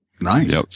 Nice